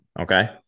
Okay